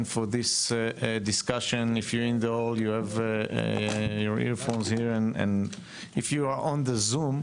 איתנו כאן ואת האורחים שנמצאים איתנו בזום.